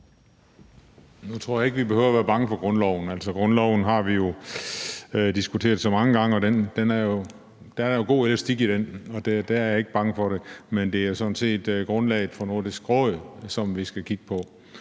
Nu tror jeg ikke, at vi behøver at være bange for grundloven. Grundloven har vi jo diskuteret så mange gange, og der er jo god elastik i den, så der er jeg ikke bange for det. Men det er sådan set grundlaget for Nordisk Råd, som vi skal kigge på,